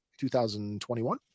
2021